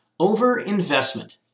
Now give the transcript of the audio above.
overinvestment